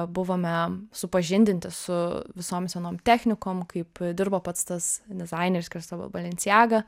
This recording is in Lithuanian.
buvome supažindinti su visom senom technikom kaip dirbo pats tas dizaineris kristobal balenciaga